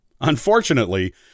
unfortunately